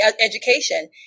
education